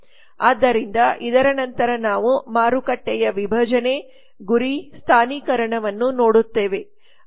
ಆದ್ದರಿಂದ ಇದರ ನಂತರ ನಾವು ಮಾರುಕಟ್ಟೆಯ ವಿಭಜನೆ ಗುರಿ ಸ್ಥಾನೀಕರಣವನ್ನು ನೋಡುತ್ತೇವೆ